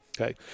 okay